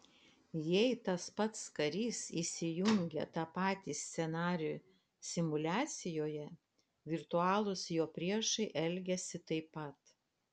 jei tas pats karys įsijungia tą patį scenarijų simuliacijoje virtualūs jo priešai elgiasi taip pat